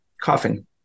coughing